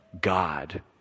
God